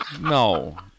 No